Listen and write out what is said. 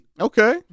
Okay